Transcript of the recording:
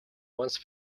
once